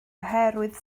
oherwydd